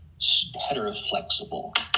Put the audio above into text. heteroflexible